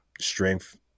strength